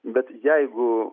bet jeigu